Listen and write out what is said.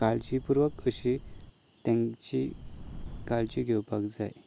काळजी पुर्वक अशी तांची काळजी घेवपाक जाय